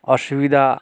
অসুবিধা